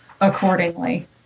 accordingly